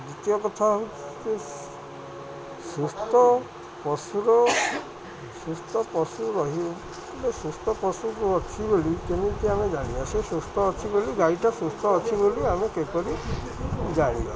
ଦ୍ୱିତୀୟ କଥା ହେଉଛି ଯେ ସୁସ୍ଥ ପଶୁର ସୁସ୍ଥ ପଶୁ ରହିବ ସୁସ୍ଥ ପଶୁକୁ ଅଛି ବୋଲି କେମିତି ଆମେ ଜାଣିବା ସେ ସୁସ୍ଥ ଅଛି ବୋଲି ଗାଈଟା ସୁସ୍ଥ ଅଛି ବୋଲି ଆମେ କିପରି ଜାଣିବା